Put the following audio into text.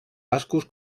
bascos